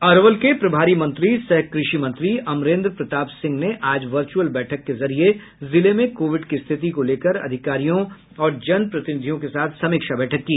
अरवल के प्रभारी मंत्री सह कृषि मंत्री अमरेन्द्र प्रताप सिंह ने आज वर्चअल बैठक के जरिये जिले में कोविड की स्थिति को लेकर अधिकारियों और जन प्रतिनिधियों को साथ समीक्षा बैठक की